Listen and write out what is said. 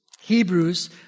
Hebrews